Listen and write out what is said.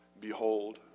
behold